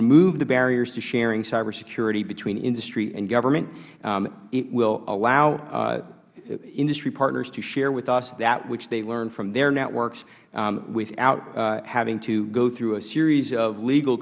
remove the barriers to sharing cybersecurity between industry and government it will allow industry partners to share with us that which they learn from their networks without having to go through a series of legal